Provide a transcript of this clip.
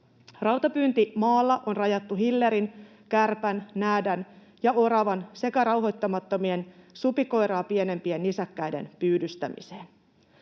Rautapyynti maalla on rajattu hillerin, kärpän, näädän ja oravan sekä rauhoittamattomien, supikoiraa pienempien nisäkkäiden pyydystämiseen.